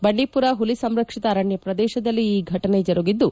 ಬಂಡೀಮರ ಪುಲಿ ಸಂರಕ್ಷಿತ ಅರಣ್ಯ ಪ್ರದೇಶದಲ್ಲಿ ಈ ಘಟನೆ ಜರುಗಿದ್ದು